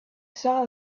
saw